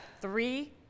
three